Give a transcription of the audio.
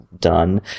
done